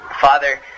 Father